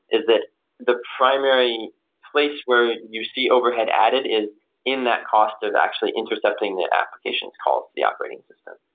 is that the primary place where you see overhead added is in that cost of actually intercepting the applications calls to the operating system.